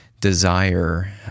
desire